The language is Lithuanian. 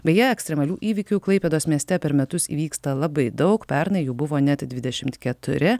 beje ekstremalių įvykių klaipėdos mieste per metus vyksta labai daug pernai jų buvo net dvidešim keturi